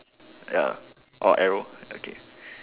ya or arrow okay